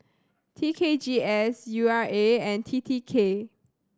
T K G S U R A and T T K